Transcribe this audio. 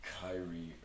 Kyrie